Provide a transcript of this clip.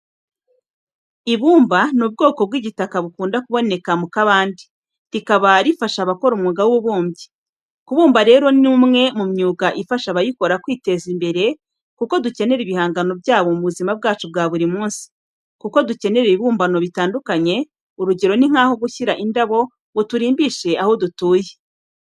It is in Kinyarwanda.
Ibumba ni ubwoko bw'igitaka bukunda kuboneka mu kabande, rikaba rifasha abakora umwuga w'ububumbyi. Kubumba rero ni umwe mu myuga ifasha abayikora kwiteza imbere kuko dukenera ibihangano byabo mu buzima bwacu bwa buri munsi, kuko dukenera ibibumbano bitandukanye, urugero ni nk'aho gushyira indabo ngo turimbishe aho dutuye.